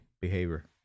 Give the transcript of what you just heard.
behavior